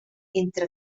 entre